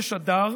בחודש אדר,